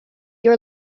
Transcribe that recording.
your